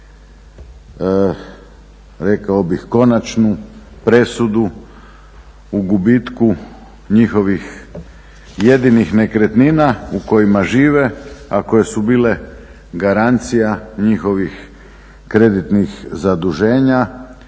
rekao bih konačnu presudu u gubitku njihovih jedinih nekretnina u kojima žive, a koje su bile garancija njihovih kreditnih zaduženja